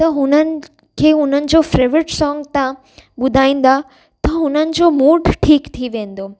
त हुननि खे हुनजो फ़ेवरेट सोंग तव्हां ॿुधाईंदा त हुननि जो मूड ठीकु थी वेंदो